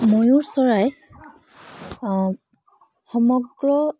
ময়ুৰ চৰাই সমগ্ৰ